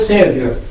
Savior